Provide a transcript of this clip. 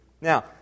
Now